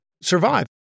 survive